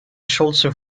scioglie